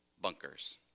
bunkers